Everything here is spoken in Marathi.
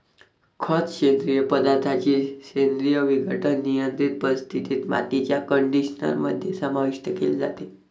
खत, सेंद्रिय पदार्थांचे सेंद्रिय विघटन, नियंत्रित परिस्थितीत, मातीच्या कंडिशनर मध्ये समाविष्ट केले जाते